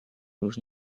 już